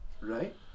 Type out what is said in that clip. Right